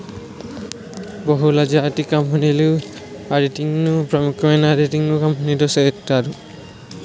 బహుళజాతి కంపెనీల ఆడిటింగ్ ను ప్రముఖమైన ఆడిటింగ్ కంపెనీతో సేయిత్తారు